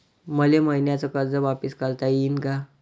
मले मईन्याचं कर्ज वापिस करता येईन का?